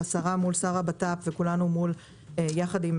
השרה פועלת מול שר הבט"פ וכולנו ביחד פועלים